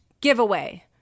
giveaway